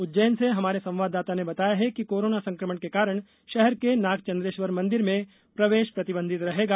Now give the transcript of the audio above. उज्जैन से हमारे संवाददाता ने बताया है कि कोरोना संकमण के कारण शहर के नागचंद्रेश्वर मंदिर में प्रवेश प्रतिबंधित रहेगा